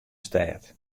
stêd